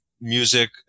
music